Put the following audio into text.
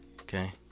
Okay